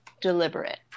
Deliberate